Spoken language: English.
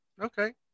Okay